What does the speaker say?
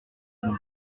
bains